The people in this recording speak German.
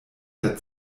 der